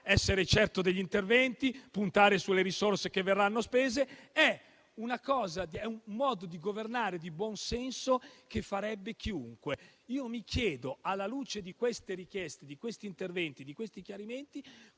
essere certo degli interventi, puntare sulle risorse che verranno spese. È un modo di governare di buon senso che adotterebbe chiunque. Io mi chiedo, alla luce di queste richieste, di questi interventi e chiarimenti,